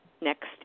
next